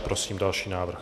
Prosím o další návrh.